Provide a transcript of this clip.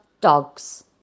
dogs